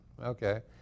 Okay